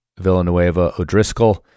Villanueva-Odriscoll